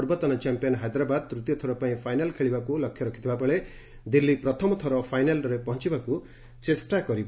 ପୂର୍ବତନ ଚାମ୍ପିୟନ୍ ହାଇଦ୍ରାବାଦ ତୂତୀୟ ଥର ପାଇଁ ଫାଇନାଲ୍ ଖେଳିବାକୁ ଲକ୍ଷ୍ୟ ରଖିଥିବାବେଳେ ଦିଲ୍ଲୀ ପ୍ରଥମ ଥର ଫାଇନାଲ୍ରେ ପହଞ୍ଚବାକୁ ଚେଷ୍ଟା କରିବ